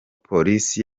polisi